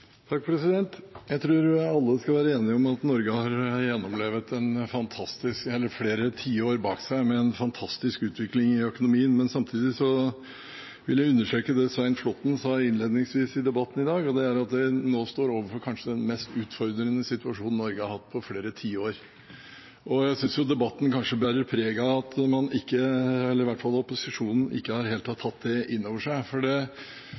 Jeg tror vi alle skal være enige om at Norge har gjennomlevet flere tiår med en fantastisk utvikling i økonomien, men samtidig vil jeg understreke det Svein Flåtten sa innledningsvis i debatten i dag, og det er at vi nå står overfor kanskje den mest utfordrende situasjonen Norge har hatt på flere tiår. Jeg synes debatten kanskje bærer preg av at i hvert fall opposisjonen ikke helt har tatt det innover seg.